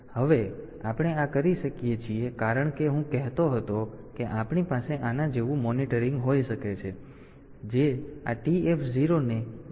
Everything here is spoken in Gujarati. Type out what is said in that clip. તેથી હવે આપણે આ કરી શકીએ છીએ કારણ કે હું કહેતો હતો કે આપણી પાસે આના જેવું મોનિટરિંગ હોઈ શકે છે જે આ TF0 ને બીટ પર ફરી જમ્પ ન કરે